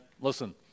listen